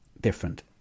different